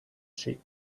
sheep